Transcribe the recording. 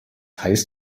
heißt